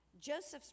Joseph's